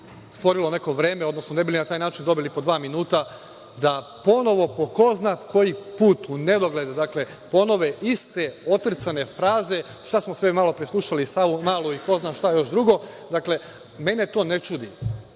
stvorilo neko vreme, odnosno ne bi li dobili po dva minuta da ponovo po ko zna koji put u nedogled ponove iste otrcane fraze, šta smo sve malopre slušali i Savamalu i ko zna šta još drugo. Dakle, mene to ne čudi,